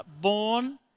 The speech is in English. born